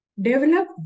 Develop